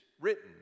written